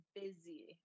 busy